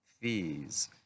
fees